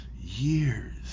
years